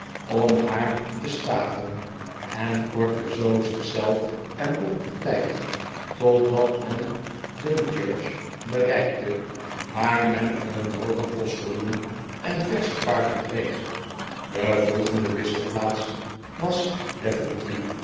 om haar te staven en kortte zoo zich zelf en bob den tijd totdat men dunchurch bereikte waar men een drogen postiljon en versche paarden kreeg de volgende wisselplaats was